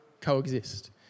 coexist